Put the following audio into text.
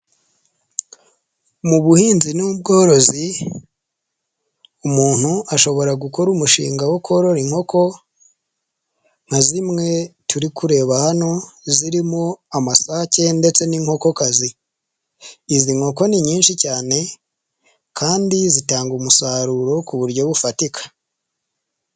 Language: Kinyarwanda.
Mu buhinzi n'ubworozi umuntu ashobora gukora umushinga wo korora inkoko nka zimwe turi kureba hano zirimo: amasake ndetse n'inkokokazi. Izi nkoko ni nyinshi cyane kandi zitanga umusaruro ku buryo bufatika.